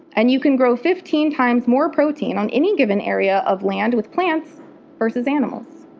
and you can grow fifteen times more protein on any given area of land with plants versus animals.